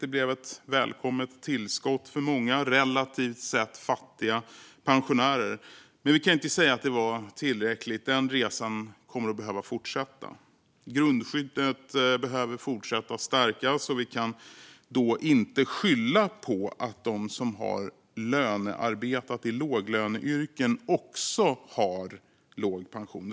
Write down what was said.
Det blev ett välkommet tillskott för många relativt sett fattiga pensionärer. Men vi kan inte säga att det var tillräckligt. Den resan kommer att behöva fortsätta. Grundskyddet behöver fortsätta att stärkas. Och vi kan då inte skylla på att de som har lönearbetat i låglöneyrken också har låg pension.